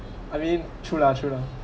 I mean true lah true lah